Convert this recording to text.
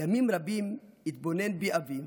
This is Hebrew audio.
ימים רבים התבונן בי אבי,